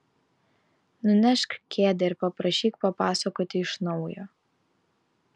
nunešk kėdę ir paprašyk papasakoti iš naujo